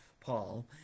Paul